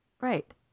Right